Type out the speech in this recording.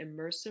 immersive